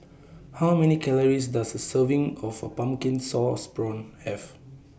How Many Calories Does A Serving of A Pumpkin Sauce Prawns Have